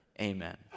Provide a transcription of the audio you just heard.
Amen